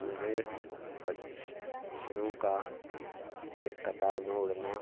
मुझे पक्षी पक्षियों का एक कतार में उड़ना